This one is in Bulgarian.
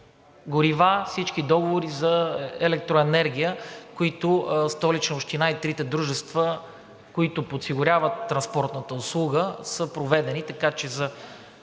горива, всички договори за електроенергия, които Столична община и трите дружества, които подсигуряват транспортната услуга, са проведени, така че е